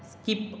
skip